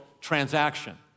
transaction